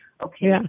okay